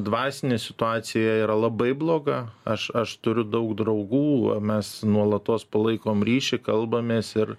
dvasinė situacija yra labai bloga aš aš turiu daug draugų mes nuolatos palaikom ryšį kalbamės ir